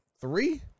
three